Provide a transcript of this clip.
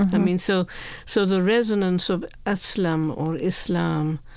i mean, so so the resonance of eslam or islam,